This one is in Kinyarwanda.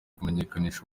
kumenyekanisha